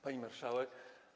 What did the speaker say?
Pani Marszałek!